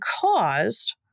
caused